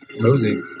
Rosie